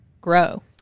grow